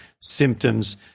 symptoms